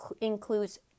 includes